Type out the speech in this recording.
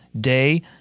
day